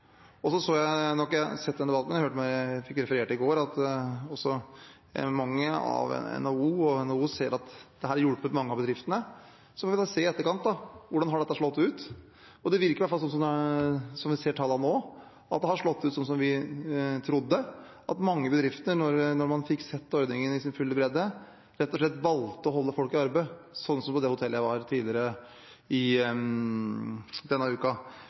jeg sett den debatten, men jeg fikk referert i går at også NHO ser at dette har hjulpet mange av bedriftene. Så vil vi kunne se i etterkant hvordan dette har slått ut. Det virker iallfall som, slik vi ser tallene nå, at det har slått ut slik som vi trodde, at mange bedrifter, når man fikk sett ordningen i sin fulle bredde, rett og slett valgte å holde folk i arbeid, slik som på det hotellet jeg var tidligere i denne uka.